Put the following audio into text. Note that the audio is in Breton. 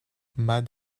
mat